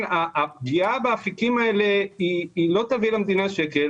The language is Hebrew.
אם אתה זוכר,